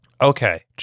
Okay